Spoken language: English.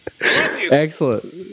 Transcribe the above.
Excellent